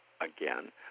Again